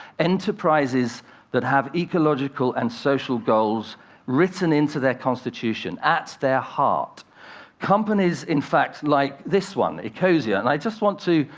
enterprises that have ecological and social goals written into their constitution at their heart companies, in fact, like this one, ecosia. and i just want to,